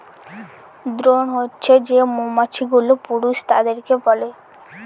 drone হছে যে মৌমাছি গুলো পুরুষ তাদেরকে বলে